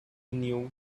knew